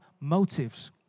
motives